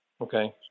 okay